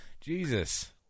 jesus